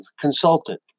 consultant